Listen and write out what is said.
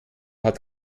hat